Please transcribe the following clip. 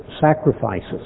sacrifices